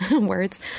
words